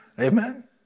amen